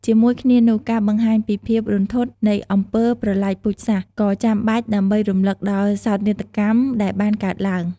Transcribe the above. ជាមួយគ្នានោះ ការបង្ហាញពីភាពរន្ធត់នៃអំពើប្រល័យពូជសាសន៍ ក៏ចាំបាច់ដើម្បីរំលឹកដល់សោកនាដកម្មដែលបានកើតឡើង។